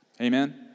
Amen